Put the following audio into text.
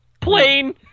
plane